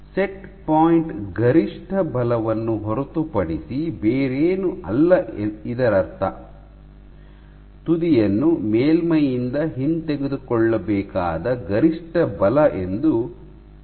set point ಗರಿಷ್ಠ ಬಲವನ್ನು ಹೊರತುಪಡಿಸಿ ಬೇರೇನೂ ಅಲ್ಲ ಇದರರ್ಥ ತುದಿಯನ್ನು ಮೇಲ್ಮೈಯಿಂದ ಹಿಂತೆಗೆದುಕೊಳ್ಳಬೇಕಾದ ಗರಿಷ್ಠ ಬಲ ಎಂದು ತಿಳಿಯುತ್ತದೆ